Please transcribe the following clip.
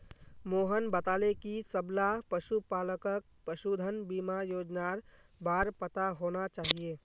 मोहन बताले कि सबला पशुपालकक पशुधन बीमा योजनार बार पता होना चाहिए